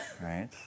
right